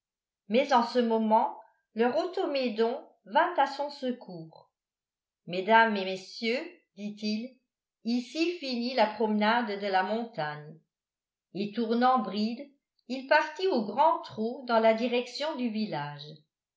mais en ce moment leur automédon vint à son secours mesdames et messieurs dit-il ici finit la promenade de la montagne et tournant bride il partit au grand trot dans la direction du village